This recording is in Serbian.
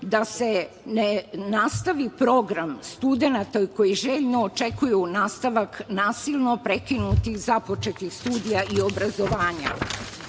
da se ne nastavi program studenata koji željno očekuju nastavak nasilno prekinutih započetih studija i obrazovanja? Novac